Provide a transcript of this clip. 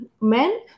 men